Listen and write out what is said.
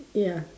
ya